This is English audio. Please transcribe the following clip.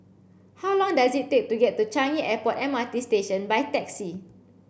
how long does it take to get to Changi Airport M R T Station by taxi